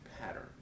pattern